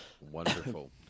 Wonderful